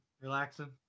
relaxing